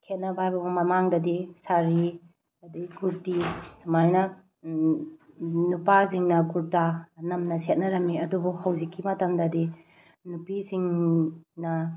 ꯈꯦꯠꯅꯕ ꯍꯥꯏꯕꯕꯨ ꯃꯃꯥꯡꯗꯗꯤ ꯁꯥꯔꯤ ꯑꯗꯒꯤ ꯀꯨꯔꯇꯤ ꯁꯨꯃꯥꯏꯅ ꯅꯨꯄꯥꯁꯤꯡꯅ ꯀꯨꯔꯇꯥ ꯅꯝꯅ ꯁꯦꯠꯅꯔꯝꯃꯤ ꯑꯗꯨꯕꯨ ꯍꯧꯖꯤꯛꯀꯤ ꯃꯇꯝꯗꯗꯤ ꯅꯨꯄꯤꯁꯤꯡꯅ